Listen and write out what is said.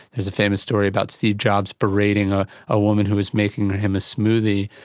there's a famous story about steve jobs berating ah a woman who was making him a smoothie.